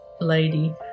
lady